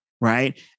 right